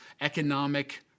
economic